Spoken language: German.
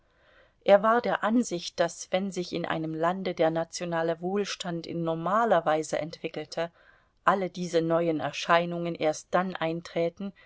er war der ansicht daß wenn sich in einem lande der nationale wohlstand in normaler weise entwickele alle diese neuen erscheinungen erst dann einträten